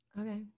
Okay